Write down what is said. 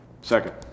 Second